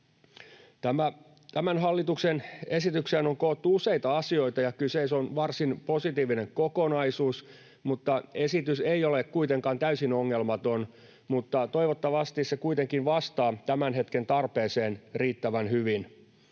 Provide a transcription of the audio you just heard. Tähän hallituksen esitykseen on koottu useita asioita, ja kyseessä on varsin positiivinen kokonaisuus. Esitys ei ole kuitenkaan täysin ongelmaton, mutta toivottavasti se kuitenkin vastaa tämän hetken tarpeeseen riittävän hyvin.